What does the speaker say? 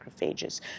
macrophages